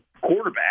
quarterback